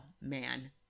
man